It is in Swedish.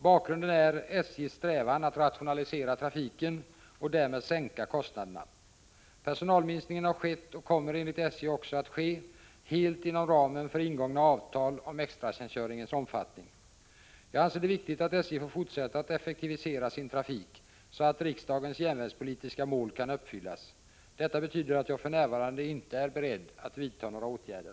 Bakgrunden är SJ:s strävan att rationalisera trafiken och därmed sänka kostnaderna. Personalminskningen har skett och kommer enligt SJ också att ske helt inom ramen för ingångna avtal om extratjänstgöringens omfattning. Jag anser det viktigt att SJ får fortsätta att effektivisera sin trafik, så att riksdagens järnvägspolitiska mål kan uppfyllas. Detta betyder att jag för närvarande inte är beredd att vidta några åtgärder.